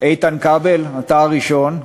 איתן כבל, אתה הראשון,